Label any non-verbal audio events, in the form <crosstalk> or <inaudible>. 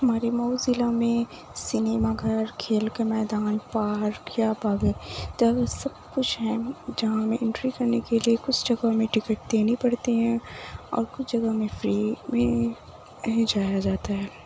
ہمارے مئو ضلع میں سنیما گھر کھیل کا میدان پارک <unintelligible> سب کچھ ہے جہاں ہمیں انٹری کرنے کے لیے کچھ جگہ ہمیں ٹکٹ دینی پڑتی ہیں اور کچھ جگہ ہمیں فری میں ہی جایا جاتا ہے